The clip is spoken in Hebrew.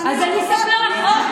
אני בטח לא קובעת.